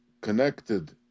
connected